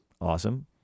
Awesome